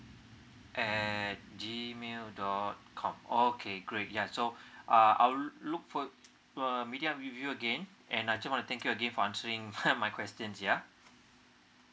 uh G mail dot com okay great yeah so uh I'll look for uh meet up with you again actually I want to thank you again for answering my questions ya